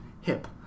hip